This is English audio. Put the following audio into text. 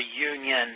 reunion